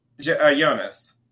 Jonas